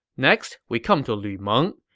next we come to lu meng,